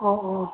ꯑꯣ ꯑꯣ